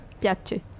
Piace